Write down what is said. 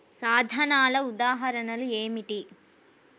సాధనాల ఉదాహరణలు ఏమిటీ?